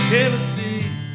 Tennessee